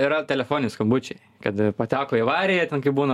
yra telefoniniai skambučiai kad pateko į avariją ten kaip būna